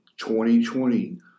2020